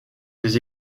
des